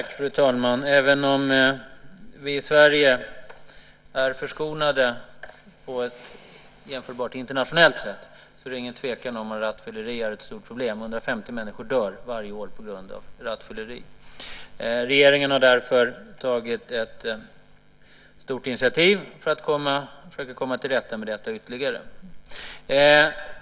Fru talman! Även om vi i Sverige är förskonade internationellt sett är det ingen tvekan om att rattfylleri är ett stort problem. 150 människor dör varje år på grund av rattfylleri. Regeringen har därför tagit ett stort initiativ för att försöka komma till rätta med detta ytterligare.